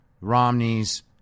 Romneys